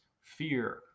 fear